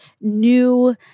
new